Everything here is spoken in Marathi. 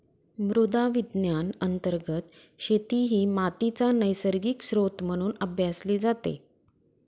मृदा विज्ञान अंतर्गत शेती ही मातीचा नैसर्गिक स्त्रोत म्हणून अभ्यासली जाते